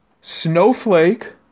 Snowflake